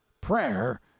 Prayer